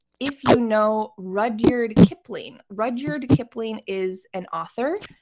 if you know rudyard kipling, rudyard kipling is an author,